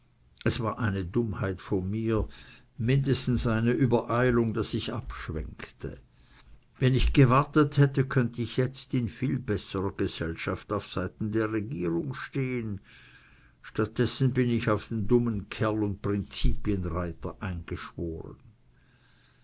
es war eine dummheit von mir mindestens eine übereilung daß ich abschwenkte wenn ich gewartet hätte könnt ich jetzt in viel besserer gesellschaft auf seiten der regierung stehen statt dessen bin ich auf den dummen kerl und prinzipienreiter eingeschworen